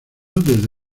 desde